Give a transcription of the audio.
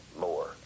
more